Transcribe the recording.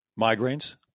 migraines